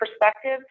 perspectives